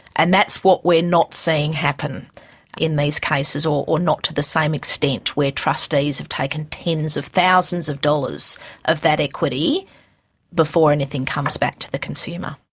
and that's what we're not seeing happen in these cases, or or not to the same extent, where trustees have taken tens of thousands of dollars of that equity before anything comes back to the consumer.